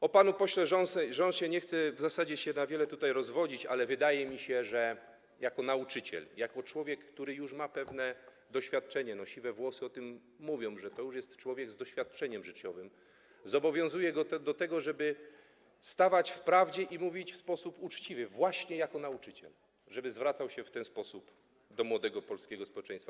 O panu pośle Rząsie nie chcę w zasadzie za wiele się tutaj rozwodzić, ale wydaje mi się, że jako nauczyciel, jako człowiek, który już ma pewne doświadczenie - siwe włosy mówią o tym, że to już jest człowiek z doświadczeniem życiowym - jest zobowiązany do tego, żeby stawać w prawdzie i mówić w sposób uczciwy, właśnie jako nauczyciel, żeby zwracać się w ten sposób do młodego polskiego społeczeństwa.